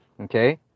Okay